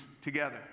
together